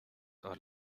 are